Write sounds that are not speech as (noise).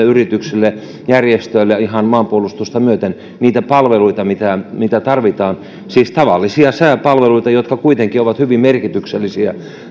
(unintelligible) yrityksille järjestöille ihan maanpuolustusta myöten niitä palveluita mitä mitä tarvitaan siis tavallisia sääpalveluita jotka kuitenkin ovat hyvin merkityksellisiä